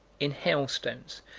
in hailstones,